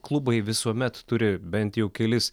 klubai visuomet turi bent jau kelis